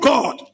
God